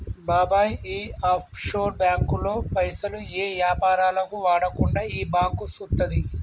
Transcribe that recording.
బాబాయ్ ఈ ఆఫ్షోర్ బాంకుల్లో పైసలు ఏ యాపారాలకు వాడకుండా ఈ బాంకు సూత్తది